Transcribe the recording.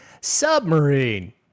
submarine